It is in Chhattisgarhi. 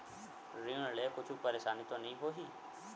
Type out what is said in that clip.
ऋण से कुछु परेशानी तो नहीं होही?